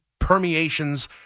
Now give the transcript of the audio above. permeations